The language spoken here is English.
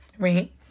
right